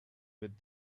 with